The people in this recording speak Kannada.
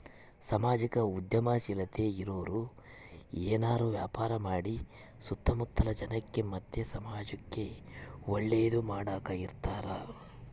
ಸಾಮಾಜಿಕ ಉದ್ಯಮಶೀಲತೆ ಇರೋರು ಏನಾರ ವ್ಯಾಪಾರ ಮಾಡಿ ಸುತ್ತ ಮುತ್ತಲ ಜನಕ್ಕ ಮತ್ತೆ ಸಮಾಜುಕ್ಕೆ ಒಳ್ಳೇದು ಮಾಡಕ ಇರತಾರ